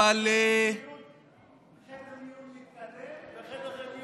אבל חדר מיון מתקדם וחדר מיון רגיל.